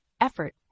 Effort